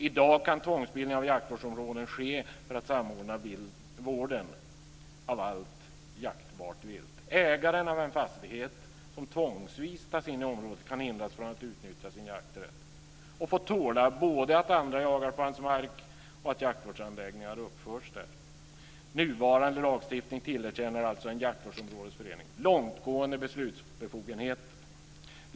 I dag kan tvångsbildning av jaktvårdsområden ske för att samordna vården av allt jaktbart vilt. Ägaren av en fastighet som tvångsvis tas in i området kan hindras från att utnyttja sin jakträtt och få tåla både att andra jagar på hans mark och att jaktvårdsanläggningar uppförs där. Nuvarande lagstiftning tillerkänner alltså en jaktvårdsområdesförening långtgående beslutsbefogenheter.